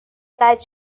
قطع